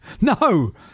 No